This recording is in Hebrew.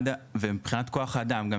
מבחינת כוח האדם גם,